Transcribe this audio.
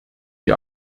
die